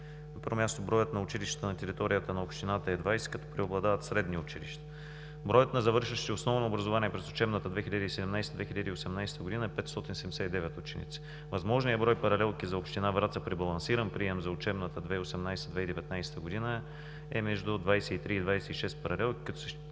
първо място, броят на училищата на територията на общината е 20, като преобладават средни училища. Броят на завършващите основно образование през учебната 2017/2018 г. е 579 ученици. Възможният брой паралелки за община Враца при балансиран прием за учебната 2018/2019 г. е между 23 и 26 паралелки, като се